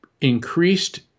increased